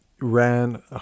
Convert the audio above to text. ran